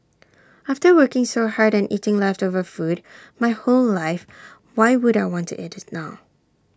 after working so hard and eating leftover food my whole life why would I want to eat IT now